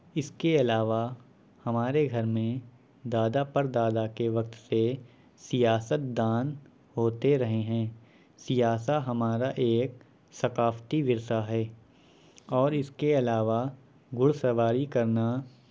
اس کے علاوہ ہمارے گھر میں دادا پردادا کے وقت سے سیاست دان ہوتے رہے ہیں سیاست ہمارا ایک ثقافتی ورثہ ہے اور اس کے علاوہ گھڑسواری کرنا